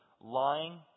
lying